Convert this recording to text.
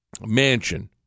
mansion